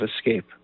escape